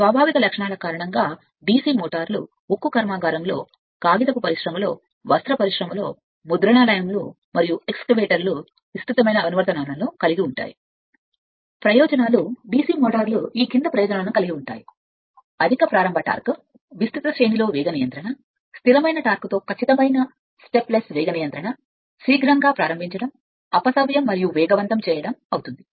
స్వాభావిక లక్షణాల కారణంగా DC మోటార్లు విస్తృతమైన అనువర్తనాలు ఉక్కు కర్మాగారం లో కాగితపు పరిశ్రమలో వస్త్ర పరిశ్రమలో ముద్రణాలయం లు మరియు ఎక్స్కవేటర్లను కనుగొంటాయి మరియు ప్రయోజనాలు DC మోటార్లు క్రింది ప్రయోజనాలను కలిగి ఉంటాయి అధిక ప్రారంభ టార్క్ విస్తృత శ్రేణిపై వేగ నియంత్రణ స్థిరమైన టార్క్తో ఖచ్చితమైన స్టెప్లెస్ వేగ నియంత్రణ శీఘ్రంగా ప్రారంభించడం అపసవ్యం మరియు వేగవంతం చేయడం ఆపుతుంది